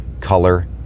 color